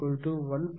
x3 x21SKrTr1STr